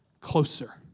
closer